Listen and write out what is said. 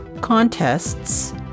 Contests